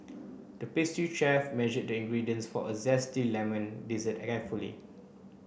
the pastry chef measured the ingredients for a zesty lemon dessert carefully